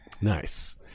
Nice